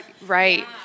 Right